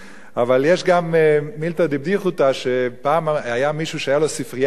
אבל יש גם מילתא דבדיחותא שפעם היה מישהו שהיתה לו ספרייה ענקית,